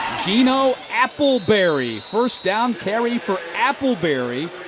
geno appleberry, first down carry for appleberry.